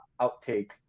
outtake